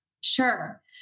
sure